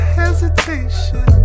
hesitation